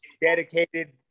dedicated